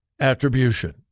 attribution